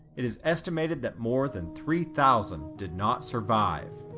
it is estimated that more than three thousand did not survive.